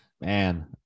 Man